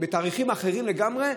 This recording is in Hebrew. ובתאריכים אחרים לגמרי.